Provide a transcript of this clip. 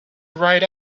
ride